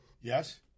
Yes